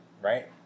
right